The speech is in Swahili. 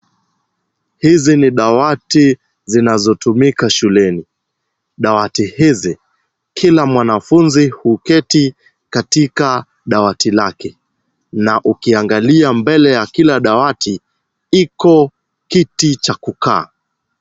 Hizi ni dawati zinazotumika shuleni. Dawati hizi, kila mwanafunzi huketi katika dawati lake na ukiangalia mbele ya kila dawati, iko kiti cha kukaa.